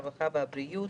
הרווחה והבריאות,